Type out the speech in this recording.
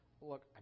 look